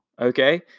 Okay